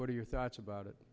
what are your thoughts about it